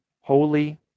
holy